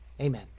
Amen